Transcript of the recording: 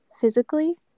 physically